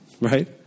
right